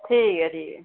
ठीक ऐ ठीक ऐ